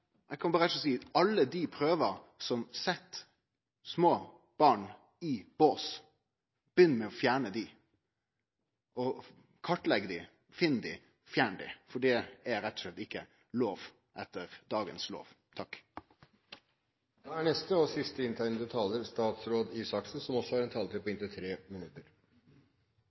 Eg kan berre rett og slett seie alle dei prøvene som set små barn i bås. Begynn med å fjerne dei. Kartlegg dei, finn dei, fjern dei, for det er rett og slett ikkje tillate etter dagens lov. Jeg vil si tusen takk for en spennende og interessant debatt. Det er